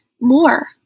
more